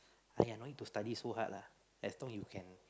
aiyah no need to study so hard lah as long you can